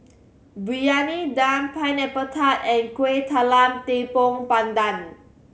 Briyani Dum Pineapple Tart and Kuih Talam Tepong Pandan